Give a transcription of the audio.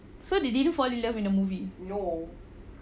so they didn't fall in love in the movie